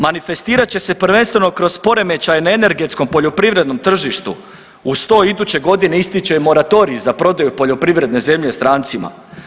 Manifestirat će se prvenstveno kroz poremećaje na energetsko poljoprivrednom tržištu, uz to iduće godine ističe i moratorij za prodaju poljoprivredne zemlje strancima.